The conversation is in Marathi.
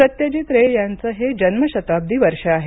सत्यजित रे यांचं हे जन्मशताब्दी वर्ष आहे